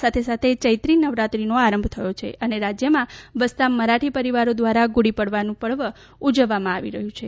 સાથેસાથે ચૈત્રી નવરાત્રીનો આરંભ થયો છે અને રાજયમાં વસતા મરાઠી પરિવારો દ્વારા ગુડીપડવાનું પર્વ ઉજવવામાં આવી રહ્યું છે